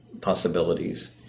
possibilities